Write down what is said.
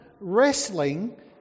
wrestling